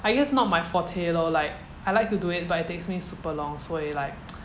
I guess not my forte lor like I like to do it but it takes me super long 所以 like